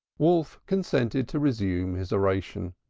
wolf consented to resume his oration.